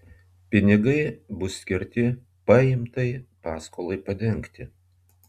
pinigai bus skirti paimtai paskolai padengti